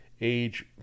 age